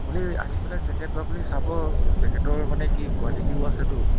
আপুনি আহি পেলাই জেকেটটো আপুনি চাব জেকেটৰ মানে কি কুৱালিটীও আছেতো